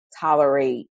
tolerate